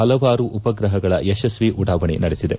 ಹಲವಾರು ಉಪ್ರಹಗಳ ಯಶಸ್ವಿ ಉಡಾವಣೆ ನಡೆಸಿದೆ